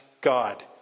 God